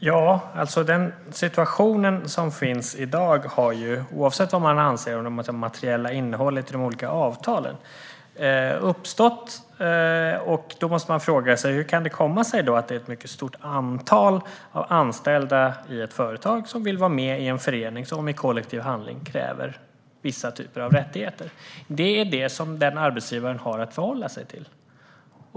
Fru talman! Situationen som finns i dag har ju uppstått, oavsett vad man anser om det materiella innehållet i de olika avtalen. Man måste då fråga sig: Hur kan det komma sig att ett mycket stort antal anställda i ett företag vill vara med i en förening som med kollektiv handling kräver vissa typer av rättigheter? Det är vad den arbetsgivaren har att förhålla sig till.